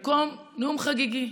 במקום נאום חגיגי.